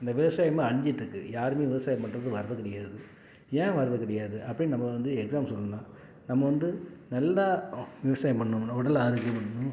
இந்த விவசாயமே அழிஞ்சிட்ருக்கு யாருமே விவசாயம் பண்ணுறதுக்கு வரது கிடையாது ஏன் வரது கிடையாது அப்படின் நம்ம வந்து எக்ஸாம்பிள் சொல்லணுன்னா நம்ம வந்து நல்லா விவசாயம் பண்ணோம்ன்னா உடல் ஆரோக்கியம்